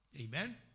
Amen